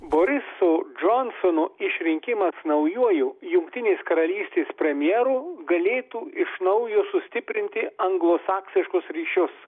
borisu džonsonu išrinkimas naujuoju jungtinės karalystės premjeru galėtų iš naujo sustiprinti anglosaksiškus ryšius